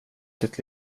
ditt